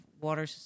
water